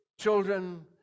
children